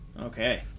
Okay